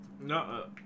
No